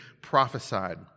prophesied